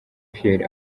pierre